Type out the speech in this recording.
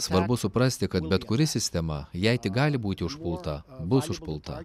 svarbu suprasti kad bet kuri sistema jei tik gali būti užpulta bus užpulta